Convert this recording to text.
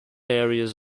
areas